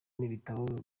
n’ibitabo